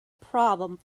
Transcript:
problem